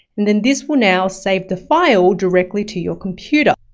and then this will now save the file directly to your computer.